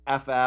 FF